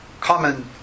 common